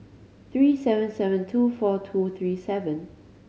three seven seven two four two three seven